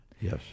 Yes